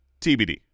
TBD